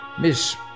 Miss